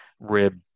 rib